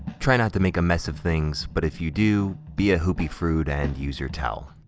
try not to make a mess of things, but if you do, be a hoopy frood and use your towel.